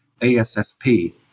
ASSP